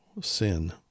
sin